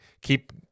keep